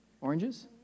Oranges